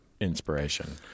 inspiration